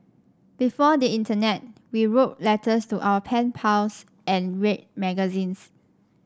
before the internet we wrote letters to our pen pals and read magazines